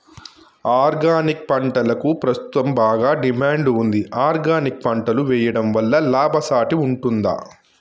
Organic పంటలకు ప్రస్తుతం బాగా డిమాండ్ ఉంది ఆర్గానిక్ పంటలు వేయడం వల్ల లాభసాటి ఉంటుందా?